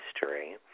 History